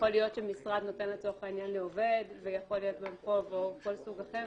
שיכול להיות שמשרד נותן לעובד ויכול להיות גם חוב או כל סוג אחר.